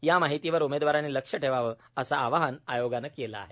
या माहितीवर उमेदवारांनी लक्ष ठेवावं असं आवाहन आयोगानं केलं आहे